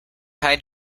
hide